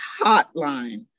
hotline